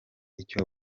icyo